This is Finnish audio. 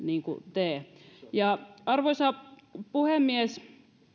tee arvoisa puhemies